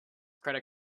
credit